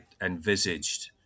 envisaged